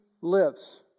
lives